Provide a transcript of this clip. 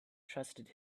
trusted